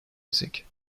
music